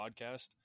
podcast